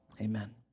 Amen